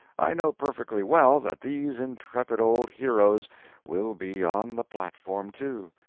i know perfectly well that these intrepid old heroes will be on the platform too,